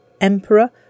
Emperor